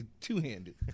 two-handed